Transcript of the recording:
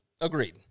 Agreed